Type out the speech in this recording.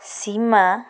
ସୀମା